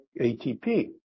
ATP